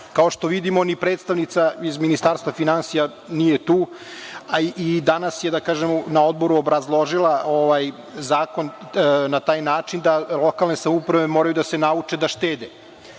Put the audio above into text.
Kao što vidimo, ni predstavnica iz Ministarstva finansija nije tu, a i danas je na odboru obrazložila zakon na taj način da lokalne samouprave moraju da se nauče da štede.